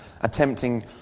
attempting